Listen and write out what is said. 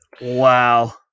Wow